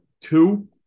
two